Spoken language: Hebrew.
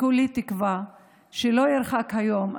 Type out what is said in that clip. כולי תקווה שלא ירחק היום,